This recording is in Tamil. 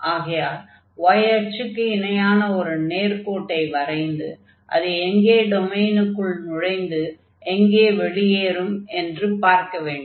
ஆகையால் y அச்சுக்கு இணையான ஒரு நேர்க்கோட்டை வரைந்து அது எங்கே டொமைனுக்குள் நுழைந்து எங்கே வெளியேறும் என்று பார்க்க வேண்டும்